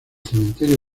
cementerio